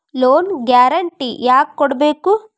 Loan guarantee ಯಾಕ್ ಕೊಡ್ಬೇಕು?